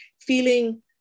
feeling